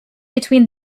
between